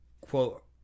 quote